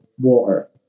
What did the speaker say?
water